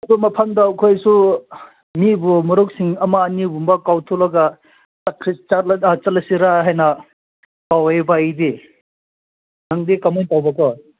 ꯑꯗꯨ ꯃꯐꯝꯗꯣ ꯑꯩꯈꯣꯏꯁꯨ ꯃꯤꯕꯨ ꯃꯔꯨꯞꯁꯤꯡ ꯑꯃ ꯑꯅꯤ ꯒꯨꯝꯕ ꯀꯧꯊꯣꯛꯂꯒ ꯆꯠꯂꯁꯤꯔ ꯍꯥꯏꯅ ꯇꯧꯋꯦꯕ ꯑꯩꯗꯤ ꯅꯪꯗꯤ ꯀꯃꯥꯏꯅ ꯇꯧꯕꯀꯣ